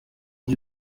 byo